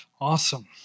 Awesome